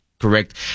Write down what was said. Correct